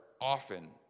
often